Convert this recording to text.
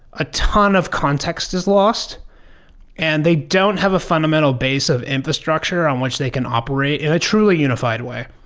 a ton of context is lost and they don't have a fundamental base of infrastructure on which they can operate in a truly unified way.